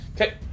Okay